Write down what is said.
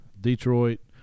Detroit